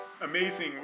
Amazing